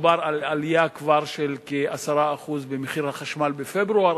מדובר כבר על עלייה של כ-10% במחיר החשמל בפברואר,